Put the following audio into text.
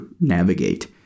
navigate